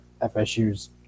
fsu's